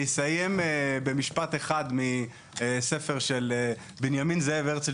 אסיים במשפט אחד מספרו של בנימין זאב הרצל